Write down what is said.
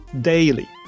daily